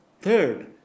Third